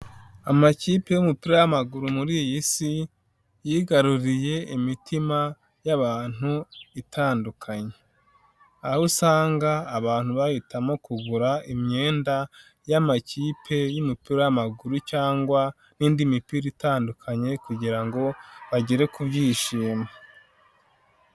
Amakipe y'umupira w'amaguru muri iyi si yigaruriye imitima y'abantu itandukanye aho usanga abantu bahitamo kugura imyenda y'amakipe y'umupira w'amaguru cyangwa n'indi mipira itandukanye kugira ngo bagere ku byishimo.